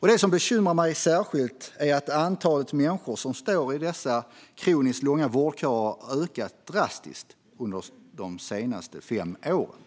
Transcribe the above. Det som bekymrar mig särskilt är att antalet människor som står i dessa kroniskt långa vårdköer har ökat drastiskt under de senaste fem åren.